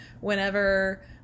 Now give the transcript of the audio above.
Whenever